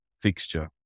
fixture